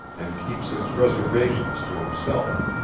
and keeps his reservations to himself.